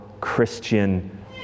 Christian